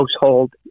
household